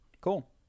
Cool